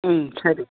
ம் சரி